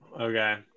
Okay